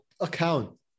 account